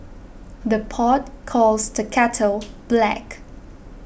the pot calls the kettle black